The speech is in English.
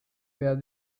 where